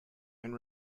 and